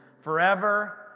forever